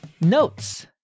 notes